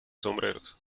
sombreros